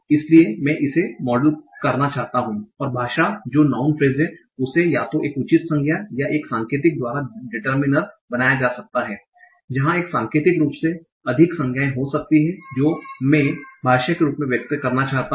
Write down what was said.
इसलिए मैं इसे मॉडल करना चाहता हूं संदर्भ समय 1327 भाषा जो नाउँन फ्रेसेस है उसे या तो एक उचित संज्ञा या एक सांकेतिक द्वारा डिटर्मीनर बनाया जा सकता है जहां एक सांकेतिक एक से अधिक संज्ञाएं हो सकती हैं जो मैं भाषा के बारे में व्यक्त चाहता हूं